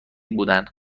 بودن